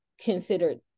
considered